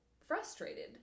frustrated